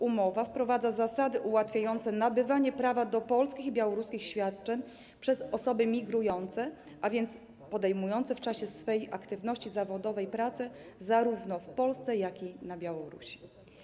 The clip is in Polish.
Umowa wprowadza zasady ułatwiające nabywanie prawa do polskich i białoruskich świadczeń przez osoby migrujące, a więc podejmujące w czasie swej aktywności zawodowej pracę zarówno w Polsce, jak i na Białorusi.